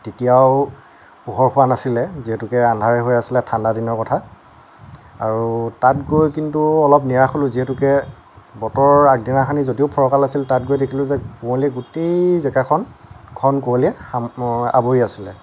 তেতিয়াও পোহৰ হোৱা নাছিলে যিহেতুকে আন্ধাৰে হৈ আছিলে ঠাণ্ডাদিনৰ কথা আৰু তাত গৈ কিন্তু অলপ নিৰাশ হ'লোঁ যিহেতুকে বতৰ আগদিনাখনি যদিও ফৰকাল আছিল তাত গৈ দেখিলোঁ যে কুঁৱলীয়ে গোটেই জেগাখন ঘন কুঁৱলীৰে সামৰি আৱৰি আছিলে